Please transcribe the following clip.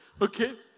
Okay